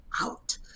out